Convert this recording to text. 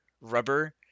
rubber